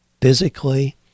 physically